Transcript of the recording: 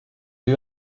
you